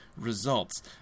results